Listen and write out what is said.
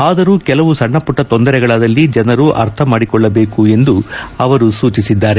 ಆದರೂ ಕೆಲವು ಸಣ್ಣಪುಟ್ಟ ತೊಂದರೆಗಳಾದಲ್ಲಿ ಜನರು ಅರ್ಥಮಾದಿಕೊಳ್ಳಬೇಕು ಎಂದು ಅವರು ಸೂಚಿಸಿದ್ದಾರೆ